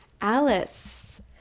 Alice